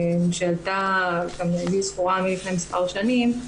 שעלתה לפני מספר שנים,